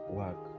work